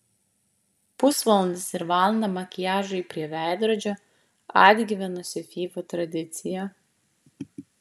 pusvalandis ir valanda makiažui prie veidrodžio atgyvenusi fyfų tradicija